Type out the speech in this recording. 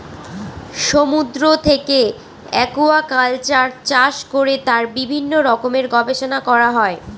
সমুদ্র থেকে একুয়াকালচার চাষ করে তার বিভিন্ন রকমের গবেষণা করা হয়